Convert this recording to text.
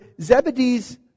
Zebedee's